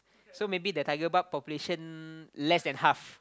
so maybe the tiger barb population less than half